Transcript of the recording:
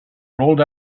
rolled